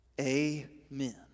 Amen